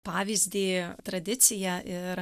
pavyzdį tradiciją ir